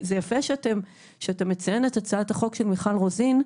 זה יפה שאתה מציין את הצעת החוק של מיכל רוזין,